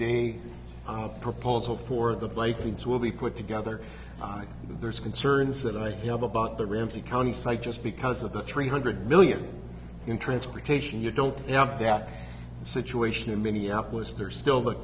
a proposal for the blades will be put together there's concerns that i have about the ramsey county so i just because of the three hundred million in transportation you don't have that situation in minneapolis there's still the